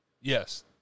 Yes